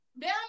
Down